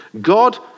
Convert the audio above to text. God